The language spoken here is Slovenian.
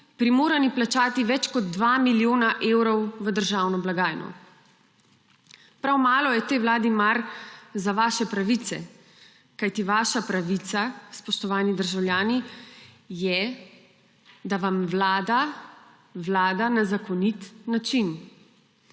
primorani plačati več kot 2 milijona evrov v državno blagajno. Prav malo je tej vladi mar za vaše pravice, kajti vaša pravica, spoštovani državljani, je, da vam vlada vlada na zakonit način.